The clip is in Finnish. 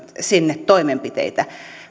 sinne toimenpiteitä